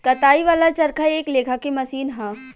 कताई वाला चरखा एक लेखा के मशीन ह